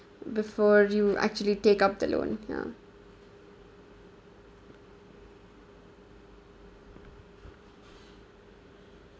before you actually take up the loan ya